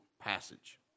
passage